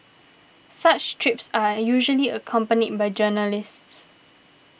such trips are usually accompanied by journalists